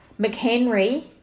McHenry